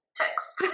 text